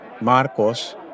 Marcos